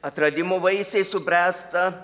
atradimo vaisiai subręsta